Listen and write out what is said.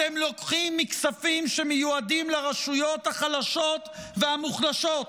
אתם לוקחים מכספים שמיועדים לרשויות החלשות והמוחלשות